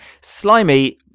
Slimy